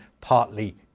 partly